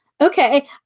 okay